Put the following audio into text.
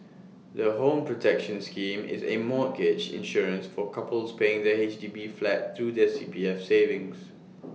the home protection scheme is A mortgage insurance for couples paying for their H D B flat through their C P F savings